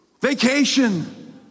vacation